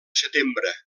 setembre